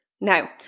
now